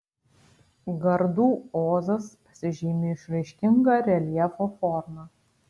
gardų ozas pasižymi išraiškinga reljefo forma